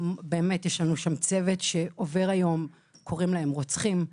יש צוות שעובד היום וקוראים להם רוצחים,